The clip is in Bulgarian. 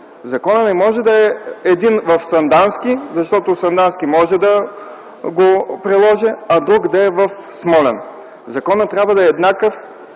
Законът не може да е един в Сандански, защото Сандански може да го приложи, а да е друг в Смолян. Законът трябва да е еднакъв,